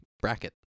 bracket